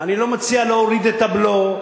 אני לא מציע להוריד את הבלו,